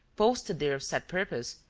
posted there of set purpose,